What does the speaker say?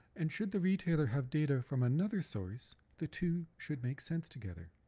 and should the retailer have data from another source, the two should make sense together.